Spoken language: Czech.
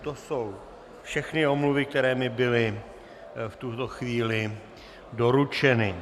To jsou všechny omluvy, které mi byly v tuto chvíli doručeny.